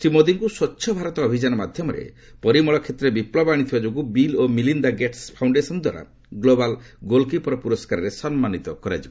ଶ୍ରୀ ମୋଦୀଙ୍କୁ ସ୍ୱଚ୍ଚ ଭାରତ ଅଭିଯାନ ମାଧ୍ୟମରେ ପରିମଳ କ୍ଷେତ୍ରରେ ବିପ୍ଳବ ଆଣିଥିବା ଯୋଗୁଁ ବିଲ୍ ଓ ମେଲିନ୍ଦା ଗେଟ୍ଟ ଫାଉଶ୍ଡେସନ୍ ଦ୍ୱାରା ଗ୍ଲୋବାଲ୍ ଗୋଲ୍କିପର ପୁରସ୍କାରରେ ସମ୍ମାନିତ କରାଯିବ